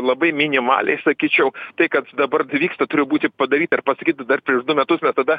labai minimaliai sakyčiau tai kad dabar vyksta turėjo būti padaryta ir pasakyta dar prieš du metus mes tada